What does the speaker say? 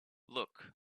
look